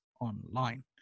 online